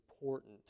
important